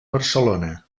barcelona